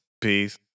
Peace